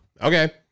Okay